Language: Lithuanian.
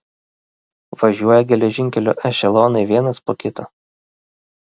važiuoja geležinkeliu ešelonai vienas po kito